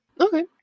Okay